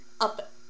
up